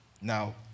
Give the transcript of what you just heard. Now